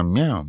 Meow